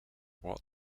what